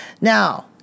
Now